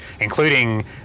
including